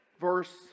verse